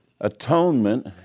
Atonement